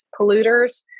polluters